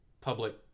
public